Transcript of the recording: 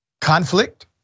conflict